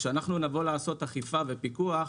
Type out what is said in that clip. כשאנחנו נבוא לעשות אכיפה ופיקוח,